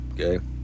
Okay